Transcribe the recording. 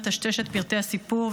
אטשטש את פרטי הסיפור,